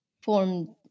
formed